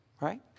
right